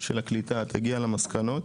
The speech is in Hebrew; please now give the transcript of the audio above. של הקליטה, תגיע למסקנות